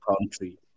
country